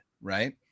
Right